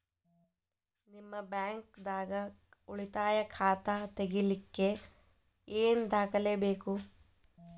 ನಿಮ್ಮ ಬ್ಯಾಂಕ್ ದಾಗ್ ಉಳಿತಾಯ ಖಾತಾ ತೆಗಿಲಿಕ್ಕೆ ಏನ್ ದಾಖಲೆ ಬೇಕು?